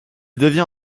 devient